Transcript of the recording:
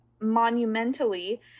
monumentally